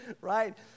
right